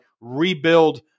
rebuild